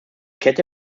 kette